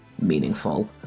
meaningful